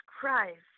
Christ